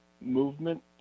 movement